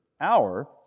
hour